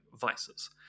vices